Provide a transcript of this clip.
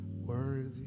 worthy